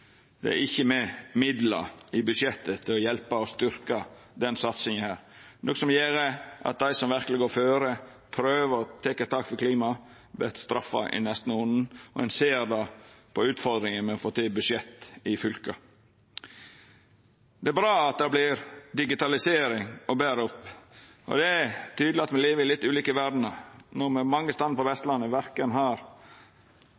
Det er ikkje med midlar i budsjettet til å hjelpa og styrkja den satsinga, noko som gjer at dei som verkeleg går føre og prøver å ta eit tak for klimaet, vert straffa i neste runde. Ein ser det på utfordringa med å få til budsjett i fylka. Det er bra at det vert digitalisering til det betre, men det er tydeleg at me lever i litt ulik verd når me mange stader på